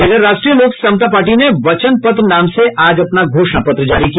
वहीं राष्ट्रीय लोक समता पार्टी ने वचन पत्र नाम से आज अपना घोषणा पत्र जारी किया